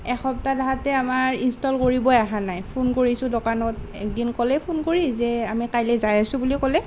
এসপ্তাহ তাহাঁতে আমাৰ ইনষ্টল কৰিবই অহা নাই ফোন কৰিছোঁ দোকানত এক দিন ক'লে ফোন কৰিযে আমি কাইলৈ যাই আছোঁ বুলি ক'লে